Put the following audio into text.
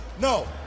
No